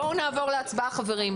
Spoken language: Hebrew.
בואו נעבור להצבעה, חברים.